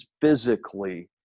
Physically